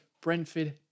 Brentford